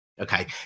okay